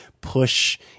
push